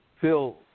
Phil